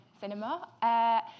cinema